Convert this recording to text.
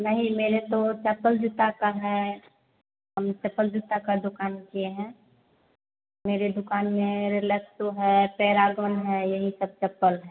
नहीं मेरी तो चप्पल जूता की है हम चप्पल जूता की दुकान किए हैं मेरी दुकान में रिलैक्सो पैरागोन है यही सब चप्पल हैं